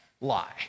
lie